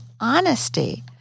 honesty